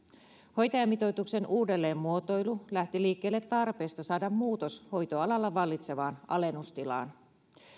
hoitajamitoituksen uudelleenmuotoilu lähti liikkeelle tarpeesta saada muutos hoitoalalla vallitsevaan alennustilaan